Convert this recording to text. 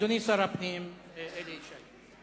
אדוני שר הפנים אלי ישי.